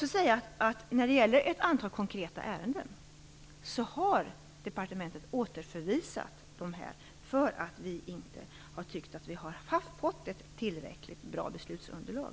Departementet har återförvisat ett antal konkreta ärenden för att vi inte har tyckt att vi har fått ett tillräckligt bra beslutsunderlag.